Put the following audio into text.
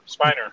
Spiner